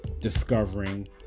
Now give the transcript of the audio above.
discovering